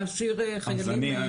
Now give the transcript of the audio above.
להסיר חיילים.